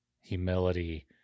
humility